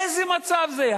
איזה מצב זה?